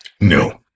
No